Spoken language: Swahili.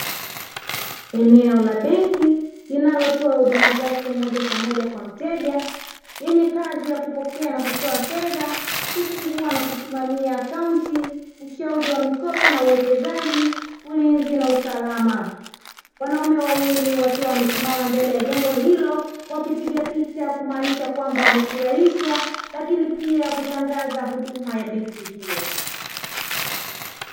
Eneo la benki linalotoa huduma zake moja kwa moja kwa mteja yenye kazi ya: kupokea na kutoa fedha, kufungua na kusimamia account , ushauri wa mikopo na uwekezaji, ulinzi na usalama. Wanaume wawili wakiwa wamesimama mbele ya jengo hilo wakipiga picha kumaanisha kwamba wamefurahishwa lakini pia kutangaza huduma ya benki hiyo.